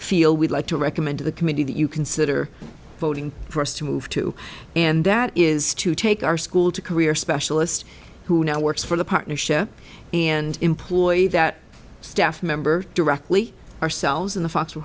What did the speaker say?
feel we'd like to recommend to the committee that you consider voting for us to move to and that is to take our school to career specialist who now works for the partnership and employ that staff member directly ourselves in the fo